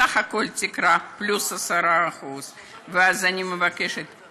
בסך הכול תקרה פלוס 10%. אני מבקשת,